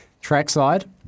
trackside